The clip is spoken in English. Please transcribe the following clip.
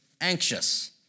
anxious